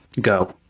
Go